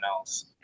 else